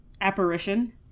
apparition